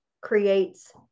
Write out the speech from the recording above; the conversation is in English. creates